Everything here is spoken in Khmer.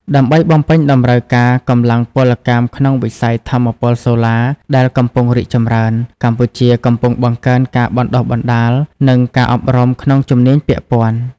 ដើម្បីបំពេញតម្រូវការកម្លាំងពលកម្មក្នុងវិស័យថាមពលសូឡាដែលកំពុងរីកចម្រើន កម្ពុជាកំពុងបង្កើនការបណ្តុះបណ្តាល និងការអប់រំក្នុងជំនាញពាក់ព័ន្ធ។